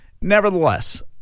Nevertheless